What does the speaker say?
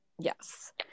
Yes